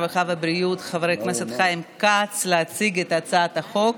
הרווחה והבריאות חבר הכנסת חיים כץ להציג את הצעת החוק,